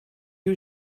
you